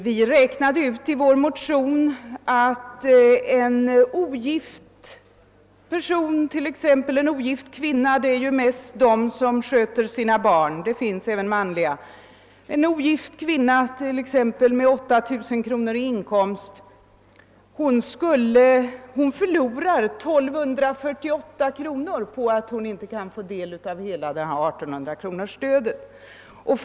Vi redogjorde i vår motion för att en ogift person, t.ex. en ogift kvinna — det är ju oftast denna kategori av ensamstående som ensamma sköter om sina barn, även om det också finns manliga vårdnadshavare av denna typ — med t.ex. 8000 kronor i inkomst förlorar 1248 kronor på att hon inte kan få del av 1 800-kronorsavdraget i dess helhet.